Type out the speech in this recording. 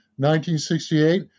1968